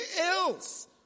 else